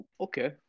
Okay